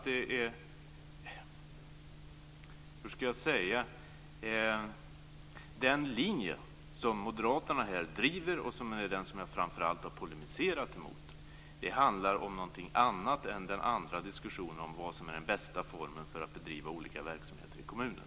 Den linje som Moderaterna här driver och som jag framför allt har polemiserat mot är något annat än diskussionen om vad som är den bästa formen för att bedriva olika verksamheter i kommunen.